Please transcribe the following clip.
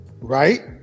right